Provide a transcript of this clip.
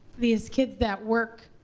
these kids that work,